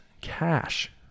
Cash